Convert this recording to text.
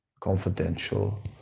confidential